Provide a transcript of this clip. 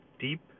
deep